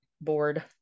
board